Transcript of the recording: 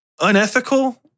unethical